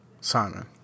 simon